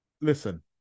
listen